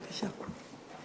בבקשה.